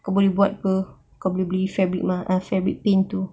kau boleh buat [pe] kau boleh beli fabric mas~ uh fabric paint too